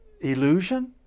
illusion